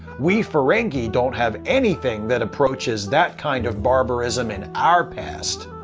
we ferengi don't have anything that approaches that kind of barbarism in our past!